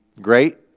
great